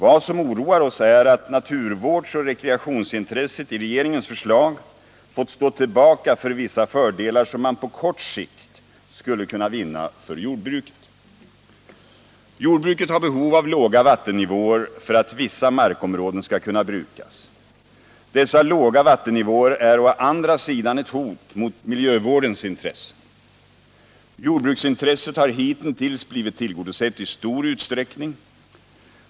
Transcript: Vad som oroar oss är att naturvårdsoch rekreationsintresset i regeringens förslag fått stå tillbaka för vissa fördelar som man på kort sikt skulle kunna vinna för jordbruket. Jordbruket har behov av låga vattennivåer för att vissa markområden skall kunna brukas. Dessa låga vattennivåer är å andra sidan ett hot mot miljövårdens intressen. Jordbruksintresset har hitintills blivit tillgodosett i stor utsträckning.